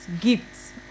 gifts